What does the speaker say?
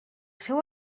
seu